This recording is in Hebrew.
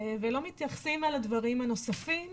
ולא מתייחסים אל הדברים הנוספים,